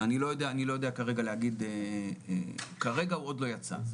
אני לא יודע כרגע להגיד, כרגע הוא עוד לא יצא.